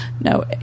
no